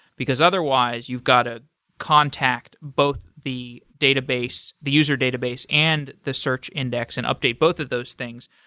because otherwise you've got to contact both the database, the user database and the search index and update both of those things.